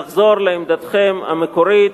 לחזור לעמדתכם המקורית,